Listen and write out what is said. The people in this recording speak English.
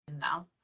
now